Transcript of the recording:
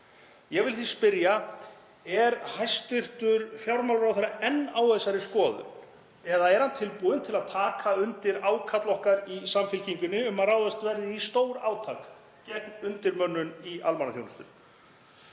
Ég vil því spyrja: Er hæstv. fjármálaráðherra enn á þessari skoðun? Eða er hann tilbúinn til að taka undir ákall okkar í Samfylkingunni um að ráðist verði í stórátak gegn undirmönnun í almannaþjónustu?